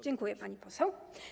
Dziękuję, pani poseł.